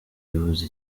bivuze